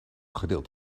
gedeeld